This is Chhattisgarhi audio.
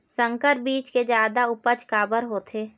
संकर बीज के जादा उपज काबर होथे?